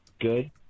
Good